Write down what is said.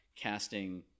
casting